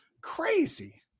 Crazy